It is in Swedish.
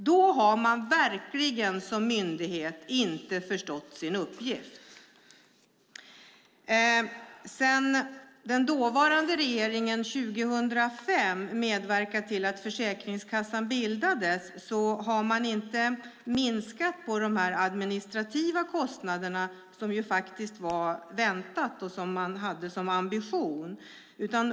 Då har man verkligen inte förstått sin uppgift som myndighet. Sedan den dåvarande regeringen 2005 medverkade till att Försäkringskassan bildades har man inte minskat de administrativa kostnaderna, något som var väntat och som man hade som ambition.